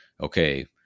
okay